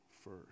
first